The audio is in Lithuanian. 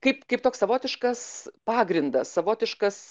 kaip kaip toks savotiškas pagrindas savotiškas